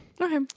okay